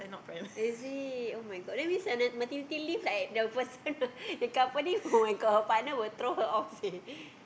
is it [oh]-my-god that means and then maternity leave like the person the company who [oh]-my-god her partner will throw her off seh